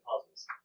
puzzles